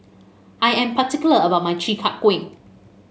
I am particular about my Chi Kak Kuih